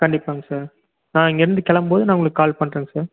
கண்டிப்பாங்க சார் நான் இங்கேருந்து கிளம்ப் போது நான் உங்களுக்கு கால் பண்ணுறங் சார்